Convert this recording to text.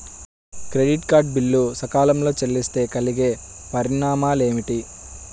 Credit card bill సకాలంలో చెల్లిస్తే కలిగే పరిణామాలేమిటి?